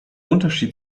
unterschied